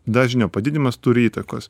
dažnio padidinimas turi įtakos